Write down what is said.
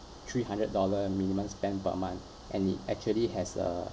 three hundred dollar minimum spend per month and it actually has a